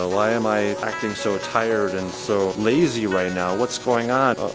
ah why am i acting so tired and so lazy right now? what's going on?